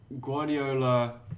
Guardiola